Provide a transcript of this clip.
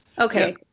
okay